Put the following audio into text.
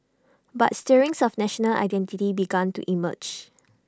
but stirrings of national identity began to emerge